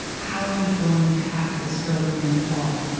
how are we going to have this vote in the fall?